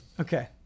Okay